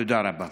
תודה רבה.